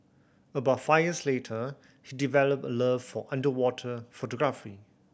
about five years later he developed a love for underwater photography